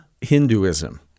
Hinduism